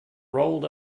rolled